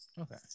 Okay